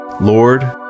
Lord